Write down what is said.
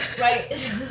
right